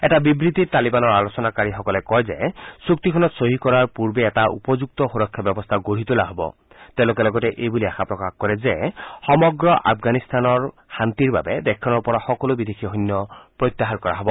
এটা বিবৃতিত তালিবানৰ আলোচনাকাৰীসকলে কয় যে চুক্তিখনত চহী কৰাৰ পূৰ্বে এটা উপযুক্ত সূৰক্ষা ব্যৱস্থা গঢ়ি তোলা হ'ব আৰু তেওঁলোকে আশা প্ৰকাশ কৰে যে সমগ্ৰ আফগানিস্তানৰ শান্তিৰ বাবে দেশখনৰ পৰা সকলো বিদেশী সৈন্য প্ৰত্যাহাৰ কৰা হব